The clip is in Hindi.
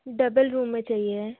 डबल रूम में चाहिए है